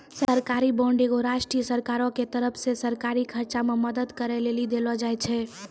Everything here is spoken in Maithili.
सरकारी बांड एगो राष्ट्रीय सरकारो के तरफो से सरकारी खर्च मे मदद करै लेली देलो जाय छै